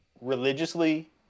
religiously